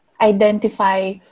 identify